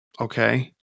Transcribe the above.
Okay